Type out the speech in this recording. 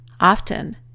often